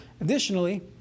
Additionally